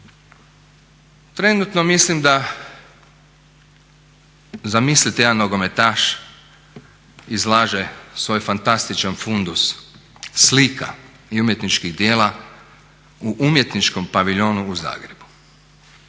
Trenutno mislim da zamislite jedan nogometaš izlaže svoj fantastičan fundus slika i umjetničkih djela u Umjetničkom paviljonu u Zagrebu.